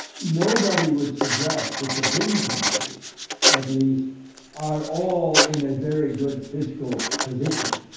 nobody would suggest that the big countries at least are all in a very good fiscal position.